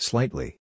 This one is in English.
Slightly